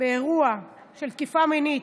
באירוע של תקיפה מינית,